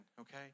okay